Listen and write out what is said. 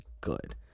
good